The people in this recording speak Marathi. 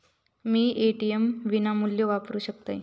मी ए.टी.एम विनामूल्य वापरू शकतय?